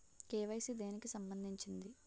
KYC దేనికి సంబందించింది?